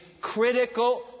critical